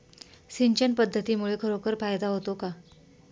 सिंचन पद्धतीमुळे खरोखर फायदा होतो का?